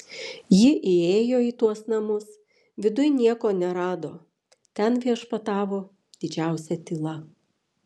ji įėjo į tuos namus viduj nieko nerado ten viešpatavo didžiausia tyla